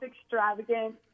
extravagant